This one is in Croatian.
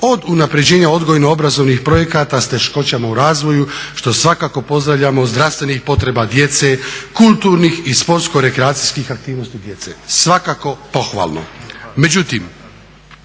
od unapređenja odgojno-obrazovnih projekata s teškoćama u razvoju što svakako pozdravljamo, zdravstvenih potreba djece, kulturnih i sportsko-rekreacijskih aktivnosti djece. Svakako pohvalno.